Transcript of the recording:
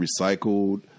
recycled